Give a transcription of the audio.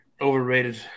Overrated